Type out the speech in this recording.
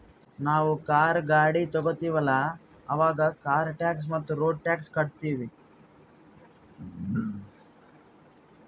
ನಾವ್ ಕಾರ್, ಗಾಡಿ ತೊಗೋತೀವಲ್ಲ, ಅವಾಗ್ ಕಾರ್ ಟ್ಯಾಕ್ಸ್ ಮತ್ತ ರೋಡ್ ಟ್ಯಾಕ್ಸ್ ಕಟ್ಟತೀವಿ